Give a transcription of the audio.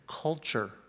culture